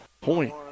point